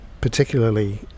particularly